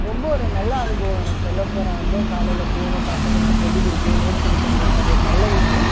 ரொம்ப ஒரு நல்ல அனுபவம் எனக்கு சொல்ல போனால் வந்து காலையில் போனோம் பசங்களுக்கு சொல்லி கொடுக்கணும் நோட்ஸ் எடுத்து கொடுக்கணும் அது ஒரு நல்ல விஷயோம்